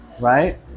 right